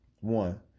One